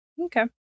Okay